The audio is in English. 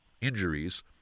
injuries